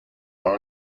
are